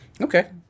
Okay